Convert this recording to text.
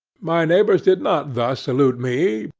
my neighbors did not thus salute me,